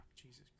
Jesus